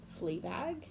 Fleabag